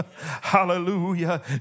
hallelujah